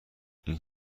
این